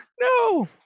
no